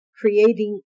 creating